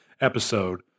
episode